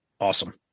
Awesome